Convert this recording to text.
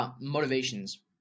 motivations